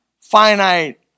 finite